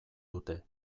dute